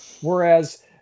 whereas